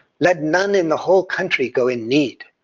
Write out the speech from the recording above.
let none in the whole country go in need.